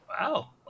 Wow